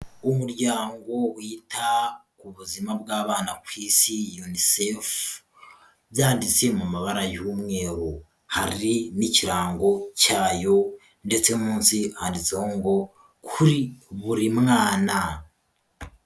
Umuryango wita ku buzima bw'abana ku isi, UNICEF. Byanditse mu mabara y'umweru. Hari n'ikirango cyayo, ndetse munsi handitseho ngo, kuri buri mwana.